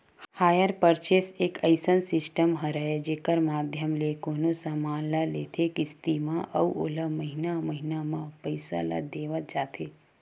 hire purchase एक अइसन system हरय जेखर माधियम ले कोनो समान ल लेथे किस्ती म अउ ओला महिना महिना म पइसा ल देवत जाथे